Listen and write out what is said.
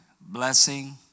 blessing